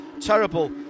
terrible